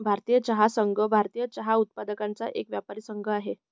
भारतीय चहा संघ, भारतीय चहा उत्पादकांचा एक व्यापारी संघ आहे